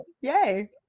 Yay